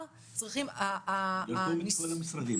אנחנו כבר שומעים פה כמה דברים שאנחנו צריכים לתת עליהם את הדעת.